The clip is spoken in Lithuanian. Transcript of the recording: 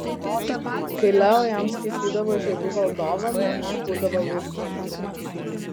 kai leo jam skaitydavo žiedų valdovą namie būdavo jauku